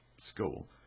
school